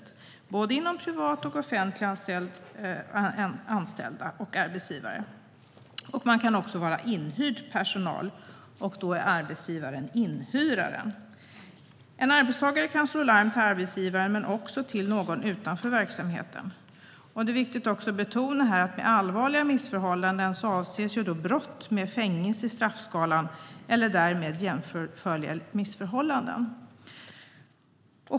Det gäller både privat och offentligt anställda, liksom arbetsgivare. Man kan också vara inhyrd personal, och då är arbetsgivaren inhyraren. En arbetstagare kan slå larm till arbetsgivaren men också till någon utanför verksamheten. Det är även viktigt att betona att man med "allvarliga missförhållanden" avser brott med fängelse i straffskalan eller därmed jämförliga missförhållanden.